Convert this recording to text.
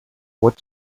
what